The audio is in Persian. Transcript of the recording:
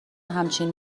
همچین